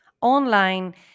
online